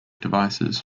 devices